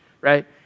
Right